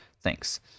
Thanks